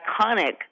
iconic